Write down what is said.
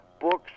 books